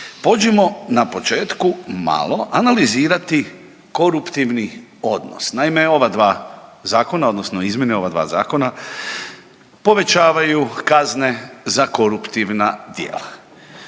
pođimo na početku malo analizirati koruptivni odnos. Naime, ova dva zakona, odnosno izmjene ova dva zakona povećavaju kazne za koruptivna djela.